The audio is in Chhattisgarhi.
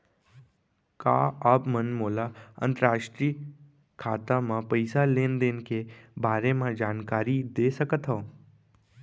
का आप मन मोला अंतरराष्ट्रीय खाता म पइसा लेन देन के बारे म जानकारी दे सकथव?